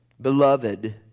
Beloved